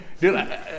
Dude